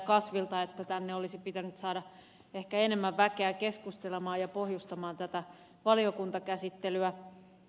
kasvilta että tänne olisi pitänyt saada ehkä enemmän väkeä keskustelemaan ja pohjustamaan tätä valiokuntakäsittelyä